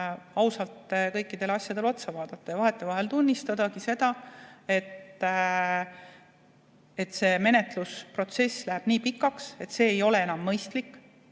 ausalt kõikidele asjadele otsa vaadata ja vahetevahel tunnistada, et menetlusprotsess läheb nii pikaks, et see ei ole enam mõistlik,